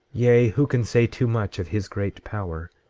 yea, who can say too much of his great power,